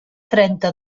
trenta